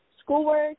schoolwork